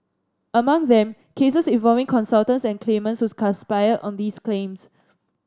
among them cases involving consultants and claimants whose conspired on these claims